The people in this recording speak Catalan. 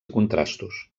contrastos